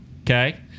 Okay